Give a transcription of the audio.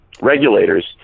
regulators